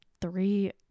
three